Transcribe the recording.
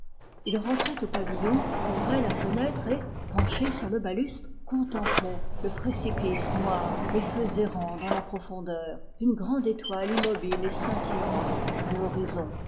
il rentrait au pavillon ouvrait la fenêtre et penché sur le balcon de fer humide il contemplait une grande étoile immobile et scintillante à